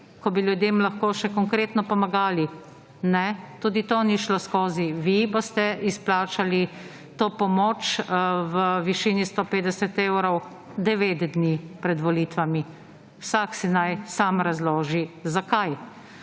ko bi ljudem lahko še Konkretno pomagali. Ne, tudi to ni šlo skozi. Vi boste izplačali to pomoč v višini 150 evrov 9 dni pred volitvami. Vsak si naj sam razloži zakaj.